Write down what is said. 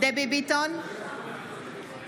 (קוראת בשמות חברי הכנסת)